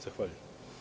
Zahvaljujem.